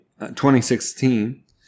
2016